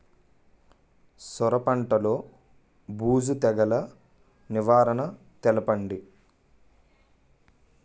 సొర పంటలో బూజు తెగులు నివారణ తెలపండి?